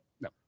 No